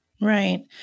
Right